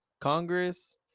Congress